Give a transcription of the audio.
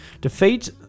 Defeat